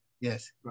Yes